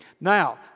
Now